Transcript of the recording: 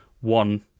one